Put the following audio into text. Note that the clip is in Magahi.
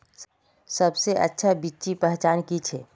सबसे अच्छा बिच्ची पहचान की छे?